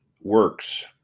works